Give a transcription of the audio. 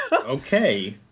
Okay